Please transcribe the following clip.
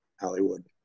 Hollywood